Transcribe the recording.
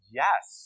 yes